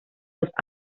los